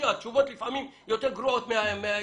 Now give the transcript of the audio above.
התשובות לפעמים יותר גרועות מאי-הפתרון,